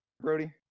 brody